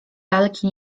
lalki